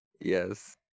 Yes